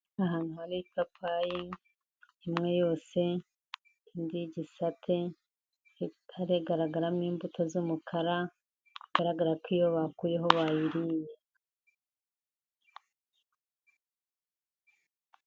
Ahantu hari ipapayi imwe yose, indi y'igisate, hagaragaramo imbuto z'umukara, bigaragara ko iyo bakuyeho bayiriye.